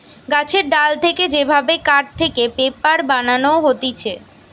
গাছের ডাল থেকে যে ভাবে কাঠ থেকে পেপার বানানো হতিছে